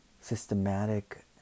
systematic